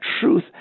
truth